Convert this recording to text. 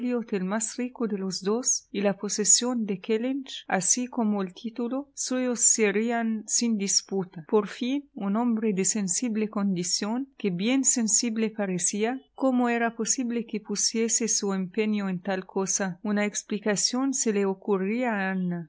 el más rico de los dos y la posesión de kellynch así como el título suyos serían sin disputa por fin un hombre de sensible condición que bien sensible parecía cómo era posible que pusiese su empeño en tal cosa una explicación se le